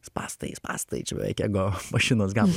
spąstai spąstai čia beveik ego mašinos gabalas